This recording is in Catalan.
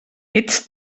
ets